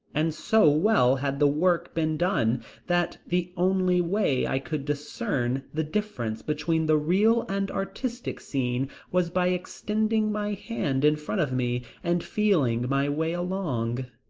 and so well had the work been done that the only way i could discern the difference between the real and artistic scene was by extending my hands in front of me and feeling my way along.